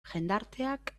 jendarteak